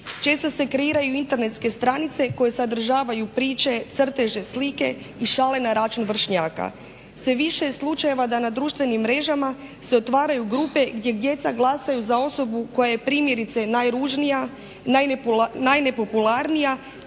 Često se kreiraju internetske stranice koje sadržavaju priče, crteže, slike i šale na račun vršnjaka. Sve više je slučajeva da na društvenim mrežama se otvaraju grupe gdje djeca glasaju za osobu koja je primjerice najružnija, najnepopularnija